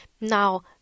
Now